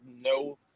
no